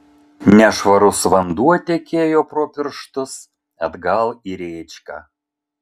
nešvarus vanduo tekėjo pro pirštus atgal į rėčką